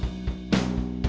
he